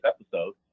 episode